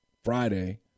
Friday